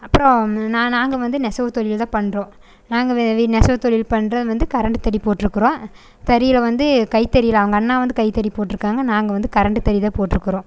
அப்புறம் நான் நாங்கள் வந்து நெசவு தொழில் தான் பண்ணுறோம் நாங்கள் வே நெசவு தொழில் பண்ணுறது வந்து கரண்டு தறி போட்டிருக்குறோம் தறியில் வந்து கைத்தறியில் அவங்க அண்ணா வந்து கைத்தறி போட்டிருக்காங்க நாங்கள் வந்து கரண்டு தறி தான் போட்டிருக்குறோம்